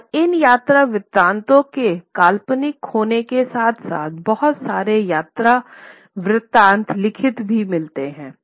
और इन यात्रा वृत्तांतों के काल्पनिक होने के साथ साथ बहुत सारे यात्रा वृत्तांत लिखित भी मिलते हैं